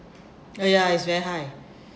oh ya it's very high